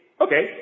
Okay